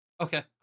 Okay